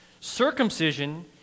circumcision